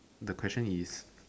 the question is